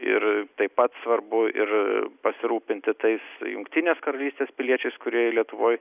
ir taip pat svarbu ir pasirūpinti tais jungtinės karalystės piliečiais kurie lietuvoj